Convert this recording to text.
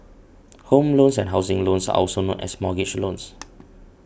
home loans and housing loans are also known as mortgage loans